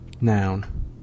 noun